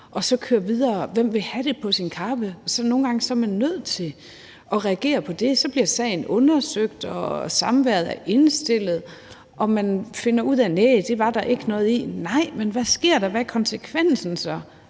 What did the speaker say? hen ikke på? Hvem vil have det på sin kappe? Nogle gange er man nødt til at reagere på det, og så bliver sagen undersøgt, og samværet er indstillet, og man finder ud af, at nej, det var der ikke noget i. Nej, men hvad sker der, hvad er konsekvensen så